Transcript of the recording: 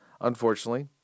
Unfortunately